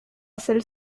celle